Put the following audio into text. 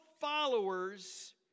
followers